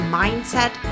mindset